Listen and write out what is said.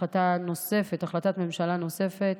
החלטה נוספת, החלטת ממשלה נוספת